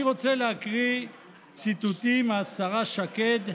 אני רוצה להקריא ציטוטים של השרה שקד,